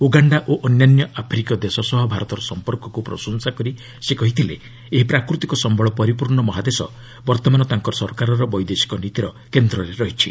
Uganda ଓ ଅନ୍ୟାନ୍ୟ ଆଫ୍ରିକୀୟ ଦେଶ ସହ ଭାରତର ସମ୍ପର୍କକୁ ପ୍ରଶଂସା କରି ସେ କହିଥିଲେ ଏହି ପ୍ରାକୃତିକ ସମ୍ବଳ ପରିପୂର୍ଣ୍ଣ ମହାଦେଶ ବର୍ତ୍ତମାନ ତାଙ୍କର ସରକାରର ବୈଦେଶିକ ନୀତିର କେନ୍ଦ୍ରରେ ରହିଛି